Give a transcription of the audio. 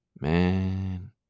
man